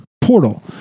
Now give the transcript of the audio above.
portal